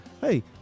Hey